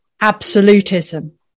absolutism